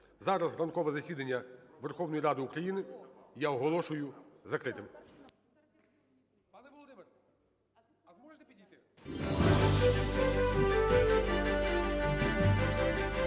Зараз ранкове засідання Верховної Ради я оголошую закритим.